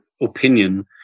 opinion